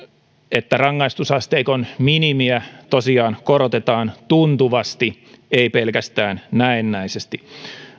että rangaistusasteikon minimiä tosiaan korotetaan tuntuvasti ei pelkästään näennäisesti